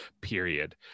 period